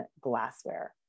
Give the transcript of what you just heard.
glassware